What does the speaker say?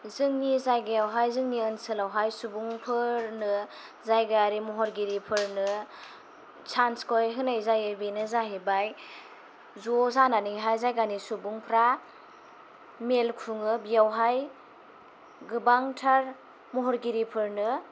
जोंनि जायगायावहाय जोंनि ओनसोलावहाय सुबुंफोरनो जायगायारि महरगिरिफोरनो सान्सखौहाय होनाय जायो बेनो जाहैबाय ज' जानानैहाय जायगानि सुबुंफ्रा मेल खुङो बेयावहाय गोबांथार महरगिरिफोरनो